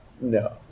No